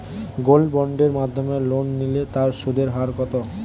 Gold বন্ডের মাধ্যমে loan নিলে তার সুদের হার কত?